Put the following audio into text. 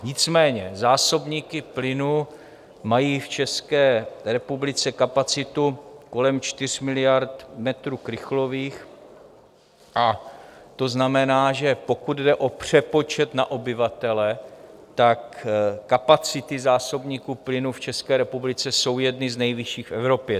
Nicméně zásobníky plynu mají v České republice kapacitu kolem 4 miliard metrů krychlových, to znamená, že pokud jde o přepočet na obyvatele, kapacity zásobníků plynu v České republice jsou jedny z nejvyšších v Evropě.